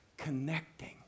connecting